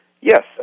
Yes